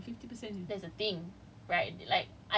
they can only show results up to fifty per cent of your grade